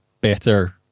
better